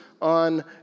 on